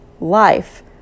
life